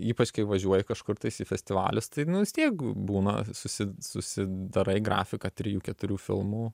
ypač kai važiuoji kažkur tais į festivalius tai nu vis tiek būna susi susidarai grafiką trijų keturių filmų